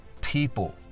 People